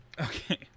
okay